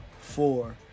four